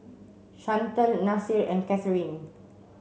Chantal Nasir and Catharine